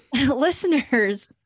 Listeners